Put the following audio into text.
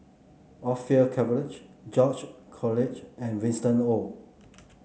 Orfeur Cavenagh George Collyer and Winston Oh